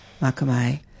Makamai